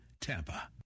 TAMPA